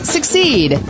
Succeed